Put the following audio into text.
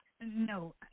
No